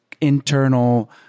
internal